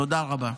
תודה רבה.